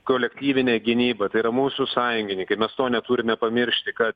kolektyvinė gynyba tai yra mūsų sąjungininkai mes to neturime pamiršti kad